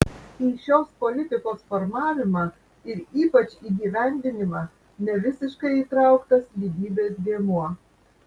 į šios politikos formavimą ir ypač įgyvendinimą nevisiškai įtrauktas lygybės dėmuo